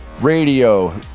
Radio